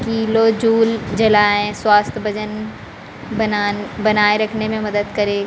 kilo joule जलाएँ स्वास्थ्य वजन बनाना बनाए रखने में मदद करे